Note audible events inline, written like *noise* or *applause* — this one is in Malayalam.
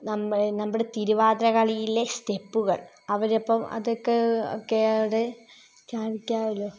നമ്മൾ നമ്മടെ തിരുവാതിരക്കളിയിലെ സ്റ്റെപ്പുകൾ അവർ അപ്പോൾ അതൊക്കെ *unintelligible* കാണിക്കാമല്ലോ